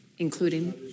including